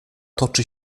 toczy